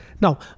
now